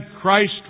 Christ